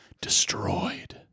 destroyed